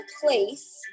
place